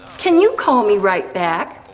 can you call me right back?